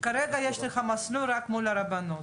כרגע יש לך מסלול רק מול הרבנות,